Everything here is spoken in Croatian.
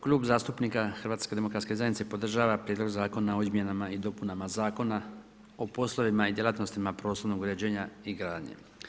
Klub zastupnika HDZ-a podržava Prijedlog zakona o Izmjenama i dopunama Zakona o poslovima i djelatnostima prostornog uređenja i gradnje.